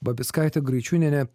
babickaitė graičiūnienė